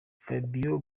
fabio